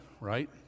right